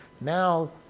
now